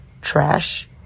trash